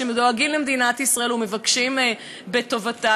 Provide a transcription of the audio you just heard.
שדואגים למדינת ישראל ומבקשים את טובתה.